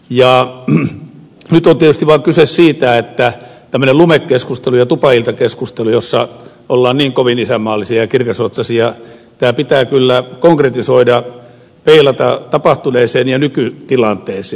nyt on tietysti vaan kyse siitä että tämmöinen lumekeskustelu ja tupailtakeskustelu jossa ollaan niin kovin isänmaallisia ja kirkasotsaisia pitää kyllä konkretisoida peilata tapahtuneeseen ja nykytilanteeseen